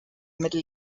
middle